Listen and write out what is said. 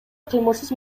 кыймылсыз